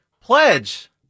Pledge